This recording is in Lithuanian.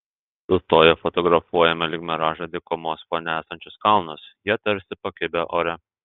sustoję fotografuojame lyg miražą dykumos fone esančius kalnus jie tarsi pakibę ore